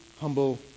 humble